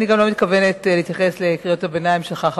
אני לא מתכוונת להתייחס לקריאות הביניים שלך,